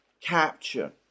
capture